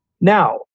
Now